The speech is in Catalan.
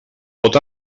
pot